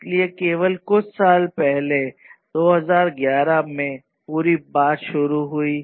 इसलिए केवल कुछ साल पहले 2011 में पूरी बात शुरू हुई